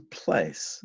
place